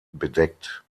bedeckt